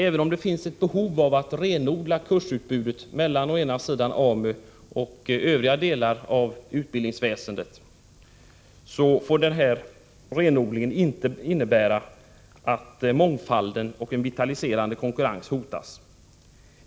Även om det finns ett behov av att renodla kursutbudet mellan AMU och övriga delar av utbildningsväsendet, får inte detta innebära att mångfalden och en vitaliserande konkurrens hotas.